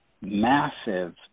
massive